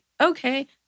Okay